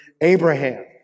Abraham